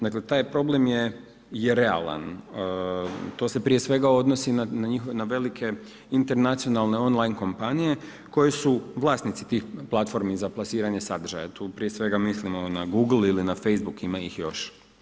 Dakle taj problem je realan, to se prije svega odnosi na velike internacionalne online kompanije koje su vlasnici tih platformi za plasiranje sadržaja, tu prije svega mislimo na Google ili na Facebook, ima ih još.